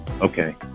Okay